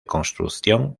construcción